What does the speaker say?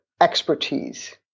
expertise